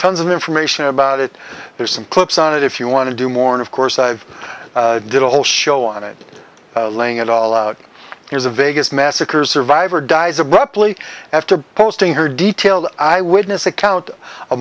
tons of information about it there's some clips on it if you want to do more of course i did a whole show on it laying it all out here's a vegas massacres survivor dies abruptly after posting her detailed eyewitness account